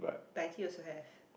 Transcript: Taiti also have